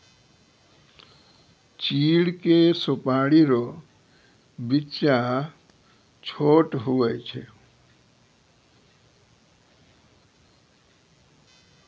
चीड़ के सुपाड़ी रो बिच्चा छोट हुवै छै